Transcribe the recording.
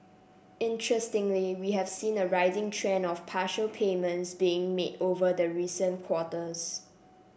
interestingly we have seen a rising trend of partial payments being made over the recent quarters